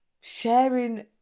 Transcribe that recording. sharing